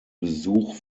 besuch